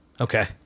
Okay